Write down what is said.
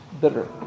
bitter